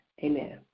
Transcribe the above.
Amen